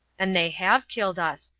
and they have killed us,